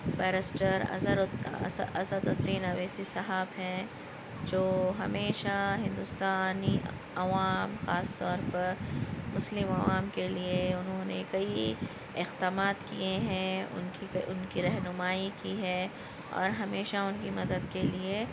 barrister Azharuddin Asaduddin Owaisi صاحب ہیں جو ہمیشہ ہندوستانی عوام خاص طور پر مسلم عوام کے لیے انہـوں نے کئی اقدامات کیے ہیں ان کی ان کی رہنمائی کی ہے اور ہمیشہ ان کی مدد کے لیے